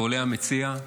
ועולה המציע,